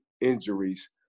injuries